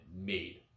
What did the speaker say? made